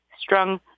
strong